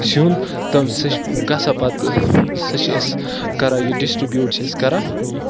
سیُن تَمہِ سۭتۍ چھِ گژھان پَتہٕ سُہ چھِ أسۍ کَران یہِ ڈِسٹرٛبیوٗٹ چھِ أسۍ کَران